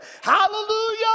Hallelujah